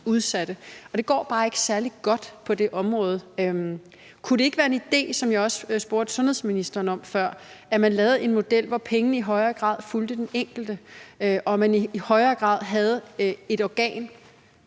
og det går bare ikke særlig godt på det område. Kunne det ikke være en idé, hvilket jeg også spurgte sundhedsministeren om før, at man lavede en model, hvor pengene i højere grad fulgte den enkelte, og at man i højere grad havde et organ